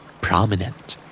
Prominent